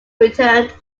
returned